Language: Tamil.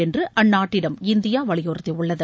என்று அந்நாட்டிடம் இந்தியா வலியுறுத்தியுள்ளது